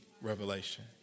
revelation